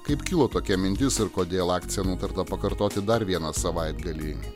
kaip kilo tokia mintis ir kodėl akciją nutarta pakartoti dar vieną savaitgalį